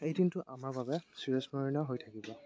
এই দিনটো আমাৰ বাবে চিৰস্মৰণীয় হৈ থাকিব